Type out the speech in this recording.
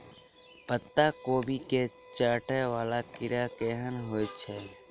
पत्ता कोबी केँ चाटय वला कीड़ा केहन होइ छै?